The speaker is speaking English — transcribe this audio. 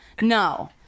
No